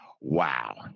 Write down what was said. Wow